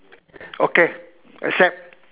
okay accept